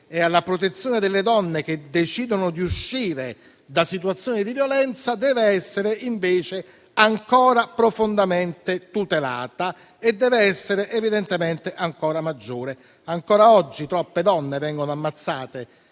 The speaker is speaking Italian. e alla protezione delle donne che decidono di uscire da situazioni di violenza deve essere, invece, ancora profondamente tutelata e deve essere evidentemente ancora maggiore. Ancora oggi troppe donne vengono ammazzate